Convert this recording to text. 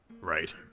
right